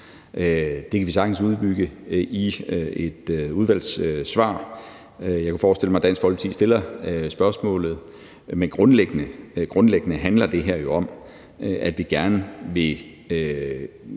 Det kan vi sagtens udbygge i et udvalgssvar – jeg kan forestille mig, at Dansk Folkeparti stiller spørgsmålet. Men grundlæggende handler det her jo om, at vi gerne vil